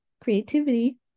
creativity